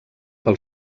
pel